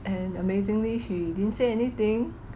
and amazingly she didn't say anything